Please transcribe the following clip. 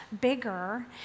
bigger